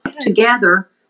together